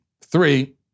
Three